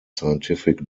scientific